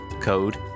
Code